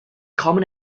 common